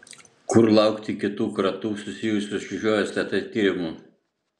kur laukti kitų kratų susijusių su šiuo stt tyrimu